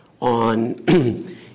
on